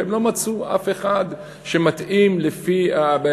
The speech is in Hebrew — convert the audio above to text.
שהם לא מצאו אף אחד שמתאים בקריטריון